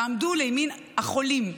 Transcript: תעמדו לימין החולים.